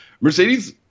Mercedes